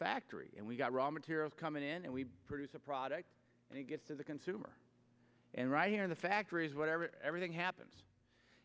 factory and we've got raw materials coming in and we produce a product and it gets to the consumer and right here in the factories whatever everything happens